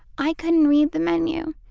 i couldn't read the menu,